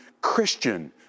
Christian